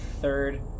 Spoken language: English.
third